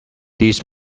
these